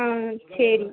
சரி